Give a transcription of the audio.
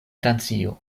francio